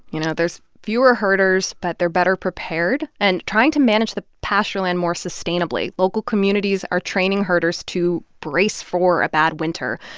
you know? there's fewer herders, but they're better prepared and trying to manage the pastureland more sustainably. local communities are training herders to brace for a bad winter,